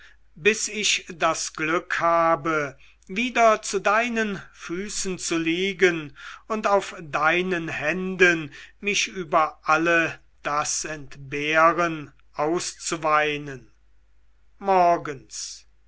bis ich das glück habe wieder zu deinen füßen zu liegen und auf deinen händen mich über alle das entbehren auszuweinen morgens